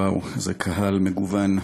וואו, איזה קהל מגוון.